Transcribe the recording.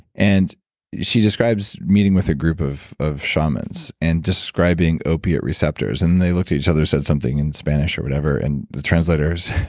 and she describes meeting with a group of of shamans and describing opiate receptors and they looked at each other and said something in spanish or whatever and the translators.